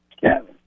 Kevin